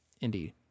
indeed